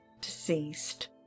deceased